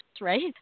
right